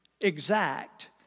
Exact